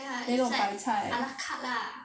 and the 白菜